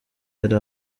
yari